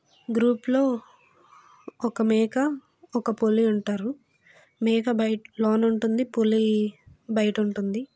గ్రూప్లో ఒక మేక ఒక పులి ఉంటారు మేక బయ లోన ఉంటుంది పులి బయట ఉంటుంది